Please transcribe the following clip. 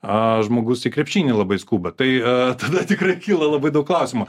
a žmogus į krepšinį labai skuba tai tada tikrai kyla labai daug klausimų